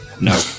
no